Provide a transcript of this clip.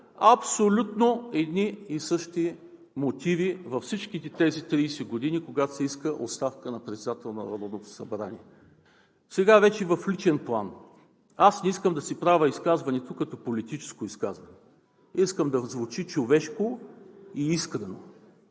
Абсолютно едни и същи мотиви във всичките тези 30 години, когато се иска оставка на председател на Народното събрание. Сега вече в личен план. Не искам да правя изказването си като политическо изказване, искам да звучи човешко и искрено.